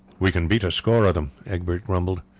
we can beat a score of them, egbert grumbled.